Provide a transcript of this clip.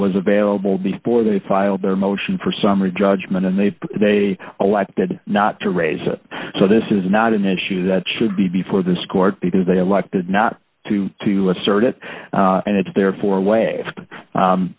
was available before they filed their motion for summary judgment and they they elected not to raise it so this is not an issue that should be before this court because they have elected not to to assert it and it's therefore waive